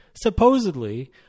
Supposedly